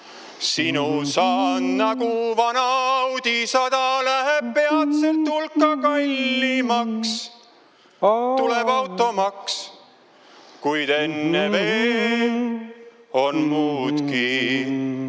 sinu saan nagu vana Audi 100 läheb peatselt hulka kallimaks, tuleb automaks. Kuid enne veel on muudki.